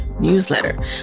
newsletter